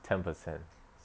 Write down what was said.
ten percent